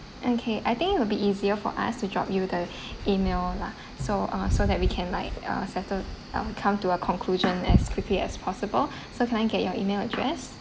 okay I think it will be easier for us to drop you the email lah so uh so that we can like uh settled (uh)come to a conclusion as quickly as possible so can I get your email address